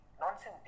nonsense